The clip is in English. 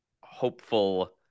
hopeful